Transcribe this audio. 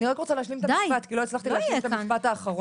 אני רק רוצה להשלים את המשפט כי לא הצלחתי להשלים את המשפט האחרון.